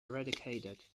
eradicated